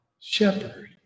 shepherd